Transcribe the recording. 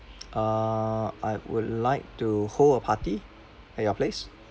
uh I would like to hold a party at your place